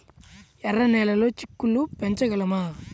ఎర్ర నెలలో చిక్కుళ్ళు పెంచగలమా?